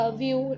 view